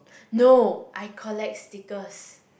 no I collect stickers